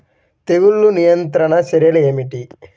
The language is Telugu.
తెగులు నియంత్రణ చర్యలు ఏమిటి?